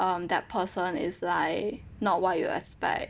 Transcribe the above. um that person is like not what you expect